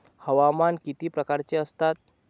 हवामान किती प्रकारचे असतात?